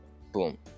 Boom